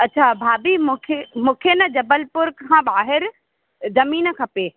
अछा भाभी मूंखे मूंखे न जबलपुर खां ॿाहिरि ज़मीन खपे